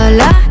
la